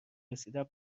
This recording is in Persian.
رسیدن